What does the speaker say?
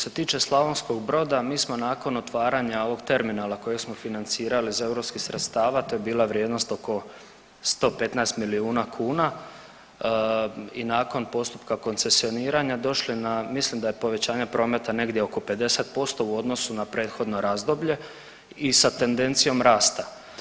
Što se tiče Slavonskog Broda, mi smo nakon otvaranja ovog terminala kojeg smo financirali iz EU sredstava, to je bila vrijednost oko 115 milijuna kuna, i nakon postupka koncesioniranja, došli na, mislim da je povećanje prometa negdje oko 50% u odnosu na prethodno razdoblje i sa tendencijom rasta.